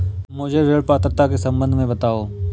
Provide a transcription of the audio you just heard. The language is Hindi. मुझे ऋण पात्रता के सम्बन्ध में बताओ?